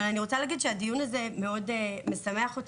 אבל אני רוצה להגיד שהדיון הזה מאוד משמח אותי.